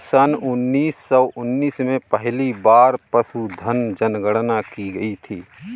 सन उन्नीस सौ उन्नीस में पहली बार पशुधन जनगणना की गई थी